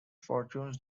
fortunes